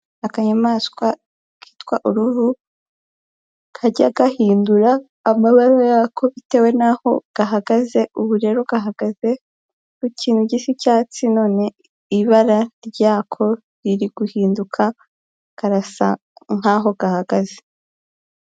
Akanyamaswa kitwa uruhu kajya gahindura amabara yako bitewe n'aho gahagaze, ubu rero gahagaze ku kintu gisa icyatsi none ibara ryako riri guhinduka karasa nkaho gahagaze.